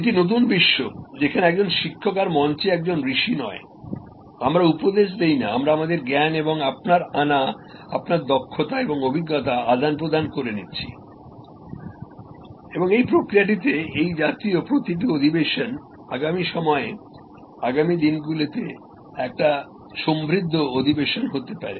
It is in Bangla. এটিই নতুন বিশ্ব যেখানে একজন শিক্ষক আর মঞ্চে একজন ঋষি নয় আমরাউপদেশ দেই না আমরা আমাদের জ্ঞান এবং আপনার আনা আপনার দক্ষতা এবং অভিজ্ঞতা আদান প্রদান করে নিচ্ছি এবং এইপ্রক্রিয়াটিতে এই জাতীয় প্রতিটি অধিবেশন আগামী সময়ে আগামী দিনগুলিতে একটি সমৃদ্ধ অধিবেশন হতে পারে